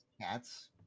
cats